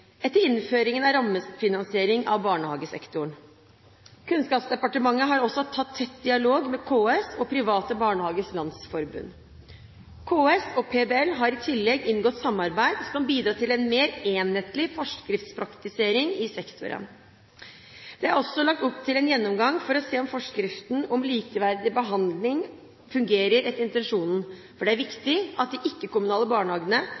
etter innføringen av rammefinansiering av barnehagesektoren. Kunnskapsdepartement har også hatt tett dialog med KS og Private Barnehagers Landsforbund, PBL. KS og PBL har i tillegg inngått samarbeid som kan bidra til en mer enhetlig forskriftspraktisering i sektoren. Det er også lagt opp til en gjennomgang for å se om forskriften om likeverdig behandling fungerer etter intensjonen, for det er viktig at de ikke-kommunale barnehagene